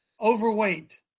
overweight